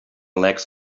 legs